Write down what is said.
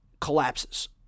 Collapses